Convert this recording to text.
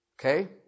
Okay